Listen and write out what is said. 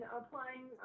applying